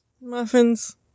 Muffins